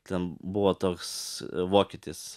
ten buvo toks vokietis